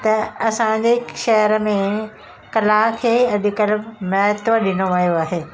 त असांजे शहिर में कला खे अॼुकल्ह महत्व ॾिनो वियो आहे